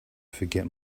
forget